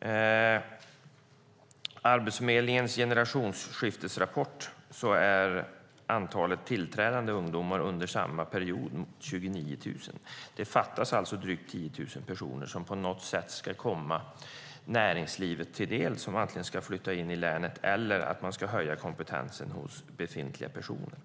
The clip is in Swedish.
Enligt Arbetsförmedlingens generationsskiftesrapport är antalet tillträdande ungdomar samma period 29 000. Det fattas alltså drygt 10 000 personer som på något sätt ska komma näringslivet till del, så antingen ska man flytta in till länet, eller också ska kompetensen höjas hos befintliga personer.